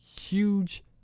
huge